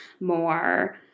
more